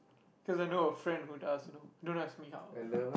cause I know a friend who does you know don't ask me how